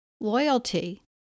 loyalty